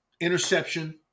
interception